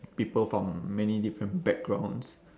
people from many different backgrounds